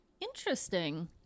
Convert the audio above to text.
Interesting